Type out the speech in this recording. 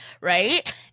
right